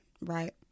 right